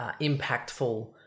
impactful